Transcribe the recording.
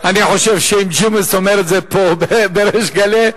אני חושב שאם ג'ומס אומר את זה פה בריש גלי,